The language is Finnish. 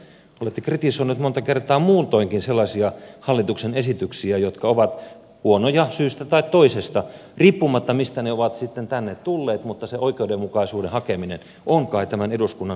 olette kritisoinut monta kertaa muutoinkin sellaisia hallituksen esityksiä jotka ovat huonoja syystä tai toisesta riippumatta siitä mistä ne ovat sitten tänne tulleet mutta se oikeudenmukaisuuden hakeminen on kai tämän eduskunnan keskeisin tehtävä